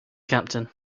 captain